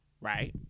Right